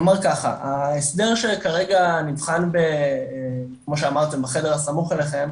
זה אומר ככה ההסדר שכרגע נטחן כמו שאמרתם בחדר הסמוך אליכם,